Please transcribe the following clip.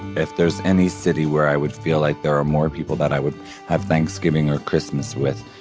if there is any city where i would feel like there are more people that i would have thanksgiving or christmas with,